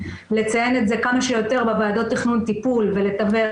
לציין את זה כמה שיותר בוועדות תכנון טיפול ולתווך,